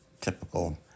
typical